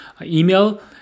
email